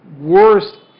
worst